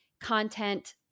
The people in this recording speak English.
content